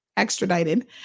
extradited